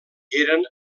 eren